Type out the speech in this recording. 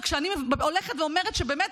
ואני הולכת ואומרת שבאמת,